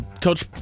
Coach